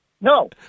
No